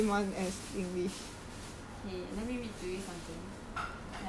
K let me read to you something that I found quite interesting